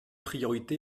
priorité